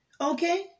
okay